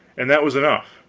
and that was enough.